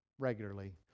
Regularly